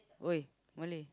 !oi! Malay